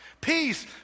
Peace